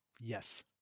Yes